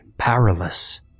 Powerless